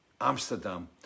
Amsterdam